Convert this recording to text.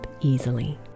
easily